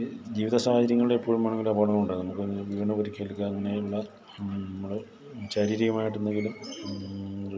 ഈ ജീവിതസാഹചര്യങ്ങളിൽ എപ്പോഴും വേണമെങ്കിലും അപകടങ്ങളുണ്ടാവും നമുക്ക് വീണു പരിക്കേൽക്കാം അങ്ങനെയുള്ള നമ്മൾ ശാരീരികമായിട്ട് എന്തെങ്കിലും